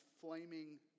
flaming